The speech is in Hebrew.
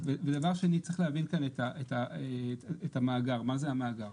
דבר שני, צריך להבין כאן את המאגר, מה זה המאגר.